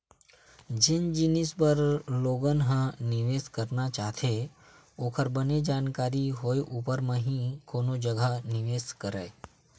जेन जिनिस बर लोगन ह निवेस करना चाहथे ओखर बने जानकारी होय ऊपर म ही कोनो जघा निवेस करय